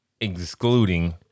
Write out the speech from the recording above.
excluding